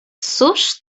cóż